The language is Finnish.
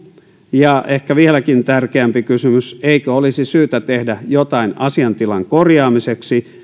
ja ehkä vieläkin tärkeämpi kysymys eikö olisi syytä tehdä jotain asiantilan korjaamiseksi